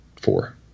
four